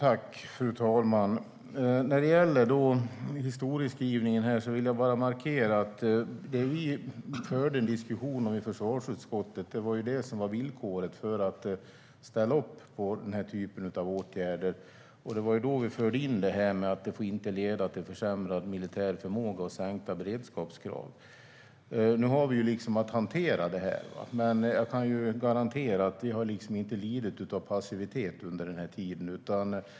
Fru talman! När det gäller historieskrivningen vill jag markera att det vi förde en diskussion om i försvarsutskottet var villkoret för att ställa upp på den här typen av åtgärder. Det var då vi förde in att detta inte får leda till försämrad militär förmåga och sänkta beredskapskrav. Nu har vi att hantera det här, men jag kan garantera att vi inte har lidit av passivitet under den här tiden.